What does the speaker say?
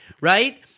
Right